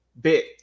bit